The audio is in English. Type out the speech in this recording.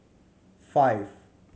five